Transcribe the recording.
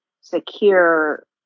secure